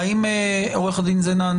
עו"ד זנה,